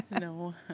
No